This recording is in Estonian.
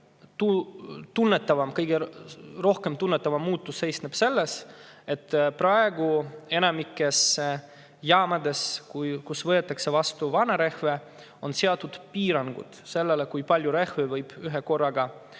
kõige rohkem tunnetatav muutus seisneb selles, et praegu on enamikus jaamades, kus võetakse vastu vanarehve, seatud piirangud, kui palju rehve võib ühekorraga